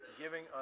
giving